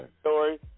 story